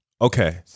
Okay